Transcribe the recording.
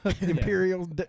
Imperial